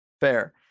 Fair